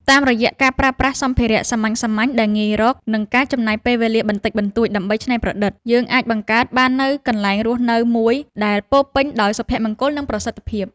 តាមរយៈការប្រើប្រាស់សម្ភារៈសាមញ្ញៗដែលងាយរក និងការចំណាយពេលវេលាបន្តិចបន្តួចដើម្បីច្នៃប្រឌិត យើងអាចបង្កើតបាននូវកន្លែងរស់នៅមួយដែលពោរពេញដោយសុភមង្គល និងប្រសិទ្ធភាព។